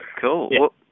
Cool